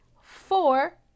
four